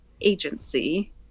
agency